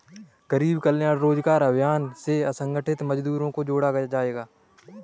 गरीब कल्याण रोजगार अभियान से असंगठित मजदूरों को जोड़ा जायेगा